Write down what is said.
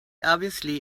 obviously